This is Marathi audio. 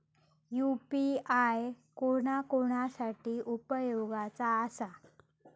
यू.पी.आय कोणा कोणा साठी उपयोगाचा आसा?